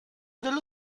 dello